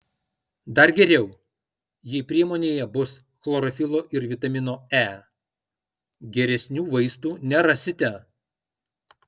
dar geriau jei priemonėje bus chlorofilo ir vitamino e geresnių vaistų nerasite